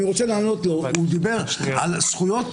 הוא דיבר על זכויות